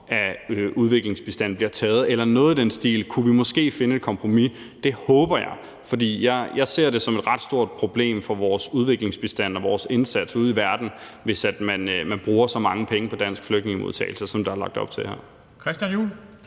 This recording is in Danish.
af udviklingsbistanden bliver taget eller noget i den stil. Der kunne vi måske finde et kompromis – det håber jeg. For jeg ser det som et ret stort problem for vores udviklingsbistand og vores indsats ude i verden, hvis man bruger så mange penge på dansk flygtningemodtagelse, som der er lagt op til her. Kl.